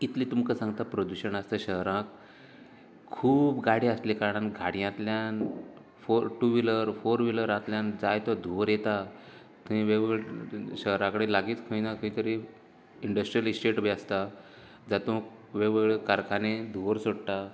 इतलें तुमकां सांगता प्रदूशण आसा त्या शहरांत खूब गाडी आसले कारणान गाडयांतल्यान फोर टु व्हीलर फॉर व्हिलरांतल्यान जायतो धुंवर येता थंय वेगवेगळो शहरां कडेन लागींच खंय ना खंय तरी इंन्टस्ट्रीअल इस्टेट बी आसता तातूंत वेगवेगळ्यो कारखाने धुंवर सोडटा